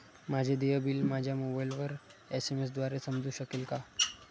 माझे देय बिल मला मोबाइलवर एस.एम.एस द्वारे समजू शकेल का?